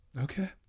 Okay